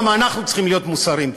גם אנחנו צריכים להיות מוסריים.